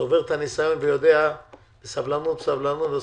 ככה צובר את הניסיון ויודע שצריך סבלנות ועוד סבלנות,